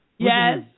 Yes